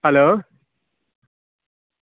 hello